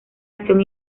acción